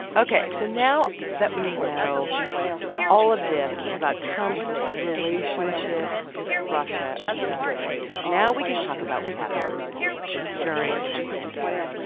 ok. so now that we know all of this about trump's relationship with russia over the decades, now we can talk about what happened during trump's campaign.